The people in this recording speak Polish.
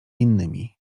innymi